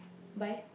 by